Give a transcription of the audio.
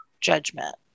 judgment